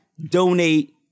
Donate